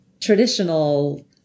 traditional